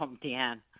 Dan